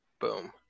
Boom